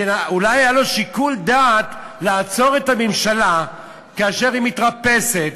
שאולי היה לו שיקול דעת לעצור את הממשלה כאשר היא מתרפסת,